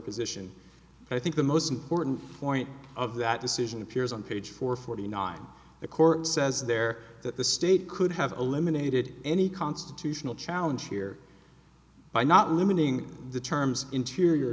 position i think the most important point of that decision appears on page four forty nine the court says there that the state could have eliminated any constitutional challenge here by not limiting the terms interior